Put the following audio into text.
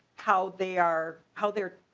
how they are how they are.